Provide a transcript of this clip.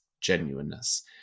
genuineness